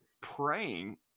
praying